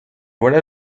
voilà